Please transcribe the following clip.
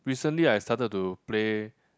recently I started to play